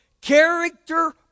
Character